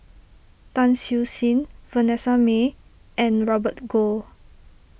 Tan Siew Sin Vanessa Mae and Robert Goh